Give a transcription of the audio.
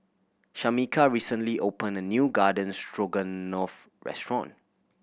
Shamika recently opened a new Garden Stroganoff restaurant